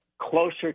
closer